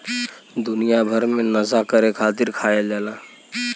दुनिया भर मे नसा करे खातिर खायल जाला